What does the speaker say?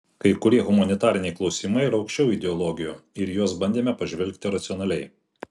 kai kurie humanitariniai klausimai yra aukščiau ideologijų ir į juos bandėme pažvelgti racionaliai